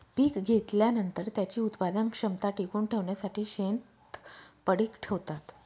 पीक घेतल्यानंतर, त्याची उत्पादन क्षमता टिकवून ठेवण्यासाठी शेत पडीक ठेवतात